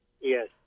Yes